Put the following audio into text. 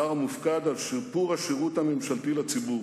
השר המופקד על שיפור השירות הממשלתי לציבור,